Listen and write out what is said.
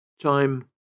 Time